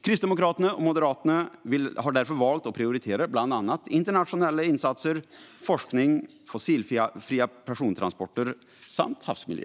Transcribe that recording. Kristdemokraterna och Moderaterna har därför valt att prioritera bland annat internationella insatser, forskning, fossilfria persontransporter samt havsmiljö.